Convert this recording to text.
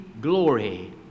glory